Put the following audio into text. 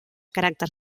caràcter